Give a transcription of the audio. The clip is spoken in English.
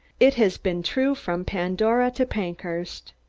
it has been true from pandora to pankhurst.